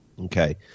Okay